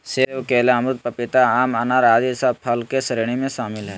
सेब, केला, अमरूद, पपीता, आम, अनार आदि सब फल के श्रेणी में शामिल हय